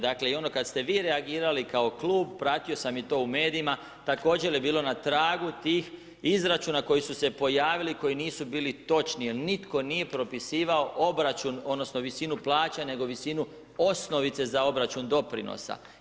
Dakle i ono kada ste vi reagirali kao klub, pratio sam i to u medijima, također je bilo na tragu tih izračuna koji su se pojavili, koji nisu bili točni, jer nitko nije propisivao obračun, odnosno visinu plaća, nego visinu osnovice za obračun doprinosa.